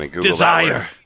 Desire